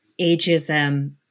ageism